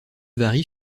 varie